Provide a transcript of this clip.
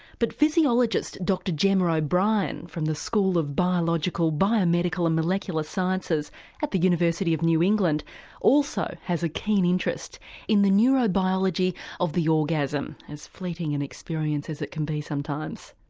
but physiologist dr gemma o'brian from the school of biological, biomedical and molecular sciences at the university of new england also has a keen interest in the neurobiology of the orgasm. as fleeting an experience as it can be sometimes.